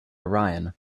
orion